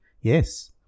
Yes